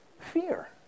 fear